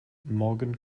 morgen